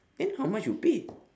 then how much you pay